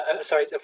sorry